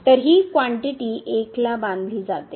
तर हि क्वानटीटी 1 ला बांधले जाते